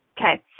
Okay